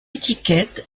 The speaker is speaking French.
étiquette